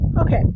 Okay